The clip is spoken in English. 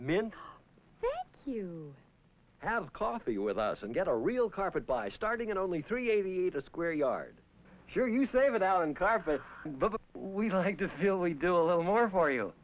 man you have coffee with us and get a real carpet by starting in only three eighty eight a square yard here you save it out and carve it we'd like to feel we do a little more for you